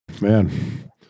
man